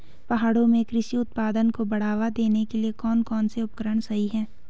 पहाड़ों में कृषि उत्पादन को बढ़ावा देने के लिए कौन कौन से उपकरण सही हैं?